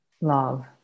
love